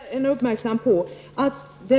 Herr talman! Elisabeth Franzén är duktig på att mästra mig.